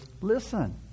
listen